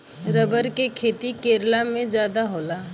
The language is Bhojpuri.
रबर के खेती केरल में जादा होला